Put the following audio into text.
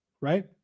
Right